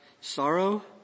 sorrow